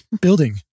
building